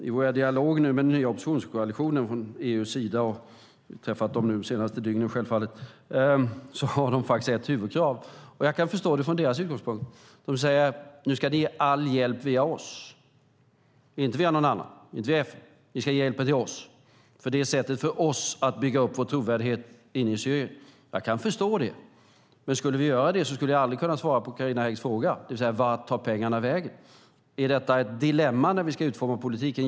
I vår dialog med den nya oppositionskoalition från EU:s sida - jag har träffat dem de senaste dygnen - har de framfört ett huvudkrav. Jag kan förstå det från deras utgångspunkt. De säger att all hjälp ska ges via dem, inte via någon annan, till exempel FN. Det är sättet för dem att bygga upp deras trovärdighet inne i Syrien. Jag kan förstå det. Men om vi skulle göra det skulle jag aldrig kunna svara på Carina Häggs fråga, det vill säga vart pengarna tar vägen. Är detta ett dilemma när vi ska utforma politiken?